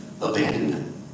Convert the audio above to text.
abandonment